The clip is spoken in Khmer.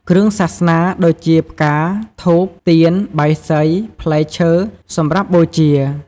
គ្រឿងសាសនា ដូចជាផ្កា ធូប ទៀន បាយសី ផ្លែឈើ សម្រាប់បូជា។